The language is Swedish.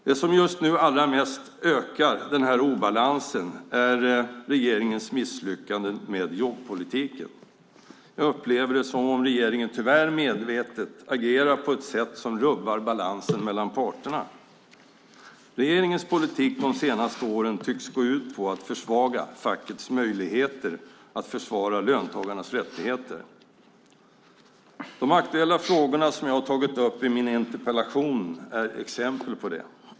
Det som just nu allra mest ökar obalansen är regeringens misslyckande med jobbpolitiken. Jag upplever det som om regeringen, tyvärr medvetet, agerar på ett sätt som rubbar balansen mellan parterna. Regeringens politik de senaste åren tycks gå ut på att försvaga fackens möjligheter att försvara löntagarnas rättigheter. De aktuella frågor som jag tagit upp i min interpellation är exempel på det.